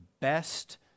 best